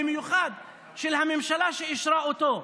במיוחד של הממשלה שאישרה אותו,